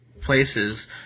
places